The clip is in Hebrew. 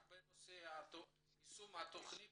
רק בנושא יישום התכנית